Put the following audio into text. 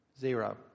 Zero